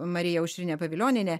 marija aušrinė pavilionienė